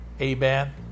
Amen